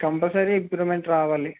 compulsory గా improvement రావాలి